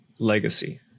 Legacy